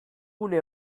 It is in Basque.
gune